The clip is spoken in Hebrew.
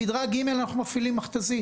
במדרג ג' אנחנו מפעילים מכת"זית.